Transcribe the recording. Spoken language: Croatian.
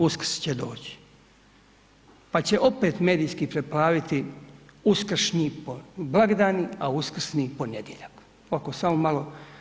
Uskrs će doći pa će opet medijski preplaviti uskršnji blagdani a Uskrsni ponedjeljak, ovako samo malo.